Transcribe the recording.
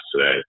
today